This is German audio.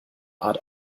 art